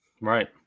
Right